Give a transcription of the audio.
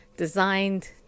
Designed